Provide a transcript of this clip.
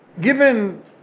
given